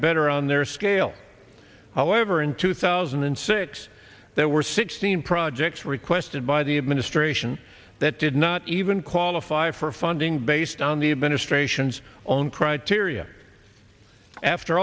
better on their scale however in two thousand and six there were sixteen projects requested by the administration that did not even qualify for funding based on the administration's own criteria after